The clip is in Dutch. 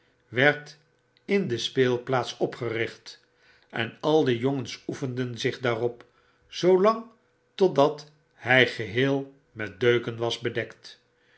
werd in de speelplaats opgericht en al de jongens oefenden zich daarop zoolang totdat hy geheel met deuken was bedekt